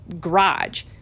garage